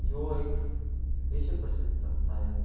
ਜੋ ਇਕ ਵਿਸ਼ਵ ਪ੍ਰਸਿੱਧ ਸੰਸਥਾ ਹੈ